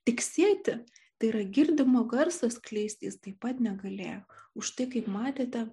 tiksėti tai yra girdimo garso skleisti jis taip pat negalėjo už tai kaip matėte